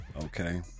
okay